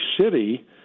city